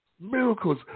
Miracles